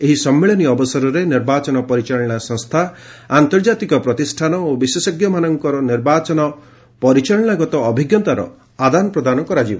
ଏହି ସମ୍ମିଳନୀ ଅବସରରେ ନିର୍ବାଚନ ପରିଚାଳନା ସଂସ୍କା ଆନ୍ତର୍ଜାତିକ ପ୍ରତିଷ୍ଠାନ ଓ ବିଶେଷଜ୍ଞମାନଙ୍କର ନିର୍ବାଚନ ପରିଚାଳନାଗତ ଅଭିଜ୍ଞତାର ଆଦାନପ୍ରଦାନ କରାଯିବ